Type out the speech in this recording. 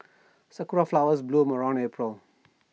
Sakura Flowers bloom around April